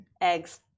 Eggs